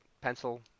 pencil